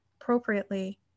appropriately